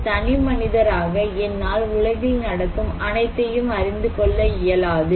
ஒரு தனிமனிதராக என்னால் உலகில் நடக்கும் அனைத்தையும் அறிந்து கொள்ள இயலாது